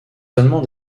seulement